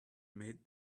made